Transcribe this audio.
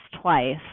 twice